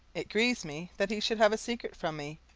it grieves me that he should have a secret from me,